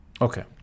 Okay